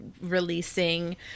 releasing